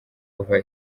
kuva